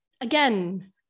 again